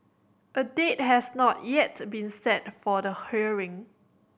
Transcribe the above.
a date has not yet been set for the hearing